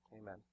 Amen